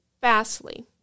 fastly